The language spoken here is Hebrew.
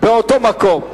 באותו מקום.